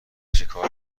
چیکار